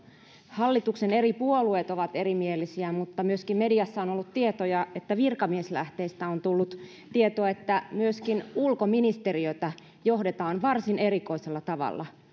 hallituksen eri puolueet ovat erimielisiä mutta myöskin mediassa on on ollut tietoja että virkamieslähteistä on tullut tieto että myöskin ulkoministeriötä johdetaan varsin erikoisella tavalla